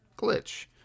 glitch